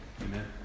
Amen